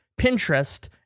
Pinterest